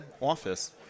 office